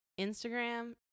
instagram